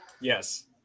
Yes